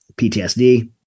PTSD